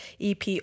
EP